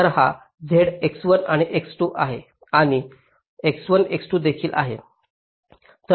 तर हा Z X1 आणि X 2 आणि X1 X2 देखील आहे